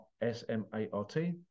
S-M-A-R-T